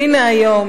והנה היום,